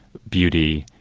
beauty,